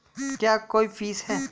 क्या कोई फीस है?